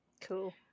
Cool